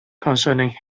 concerning